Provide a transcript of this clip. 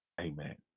Amen